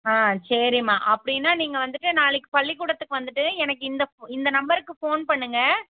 ஆ சரிமா அப்படின்னா நீங்கள் வந்துட்டு நாளைக்கு பள்ளிக்கூடத்துக்கு வந்துட்டு எனக்கு இந்த ஃபோ இந்த நம்பருக்கு ஃபோன் பண்ணுங்க